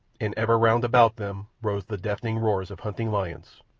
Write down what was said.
and ever round about them rose the deafening roars of hunting lions,